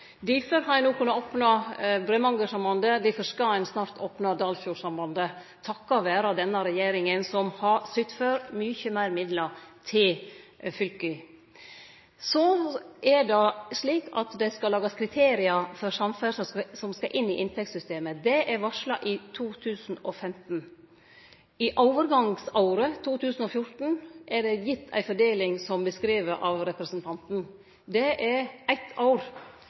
Difor har ein no kunna opne Bremangersambandet, og difor skal ein snart opne Dalsfjordsambandet – takk vere denne regjeringa som har sytt for mykje meir midlar til fylka. Det skal lagast kriterium for samferdsle som skal inn i inntektssystemet. Det er varsla i 2015. I overgangsåret, 2014, er det gitt ei fordeling, som beskrive av representanten. Det er eitt år.